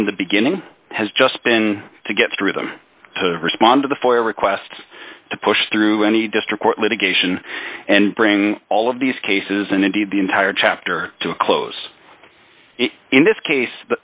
from the beginning has just been to get through them to respond to the for ever quest to push through any district court litigation and bring all of these cases and indeed the entire chapter to a close in this case